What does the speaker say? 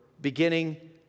beginning